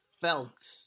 felt